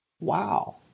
wow